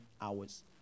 hours